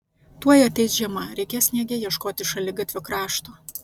tuoj ateis žiema reikės sniege ieškoti šaligatvio krašto